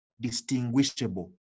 Distinguishable